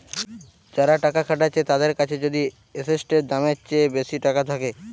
যারা টাকা খাটাচ্ছে তাদের কাছে যদি এসেটের দামের চেয়ে বেশি টাকা থাকে